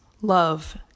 love